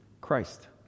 Christ